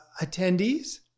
attendees